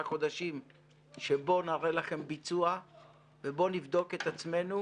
חודשים שבו נראה לכם ביצוע ובו נבדוק את עצמנו